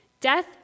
Death